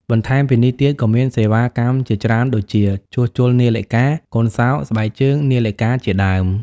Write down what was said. បន្ថែមពីនេះទៀតក៏មានសេវាកម្មជាច្រើនដូចជា ជួសជុលនាឡិកា កូនសោរ ស្បែកជើង នាឡិកាជាដើម ។